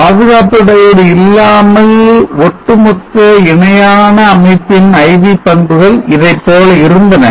பாதுகாப்பு diode இல்லாமல் ஒட்டுமொத்த இணையான அமைப்பின் IV பண்புகள் இதைப்போல இருந்தன